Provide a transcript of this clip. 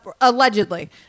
allegedly